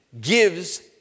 gives